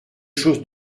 chose